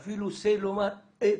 מה לומר לו.